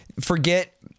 forget